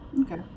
Okay